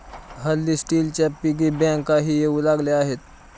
हल्ली स्टीलच्या पिगी बँकाही येऊ लागल्या आहेत